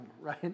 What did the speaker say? right